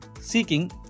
seeking